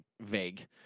vague